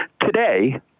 Today